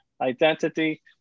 identity